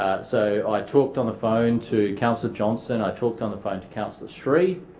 so i talked on the phone to councillor johnston. i talked on the phone to councillor sri.